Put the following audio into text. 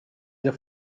the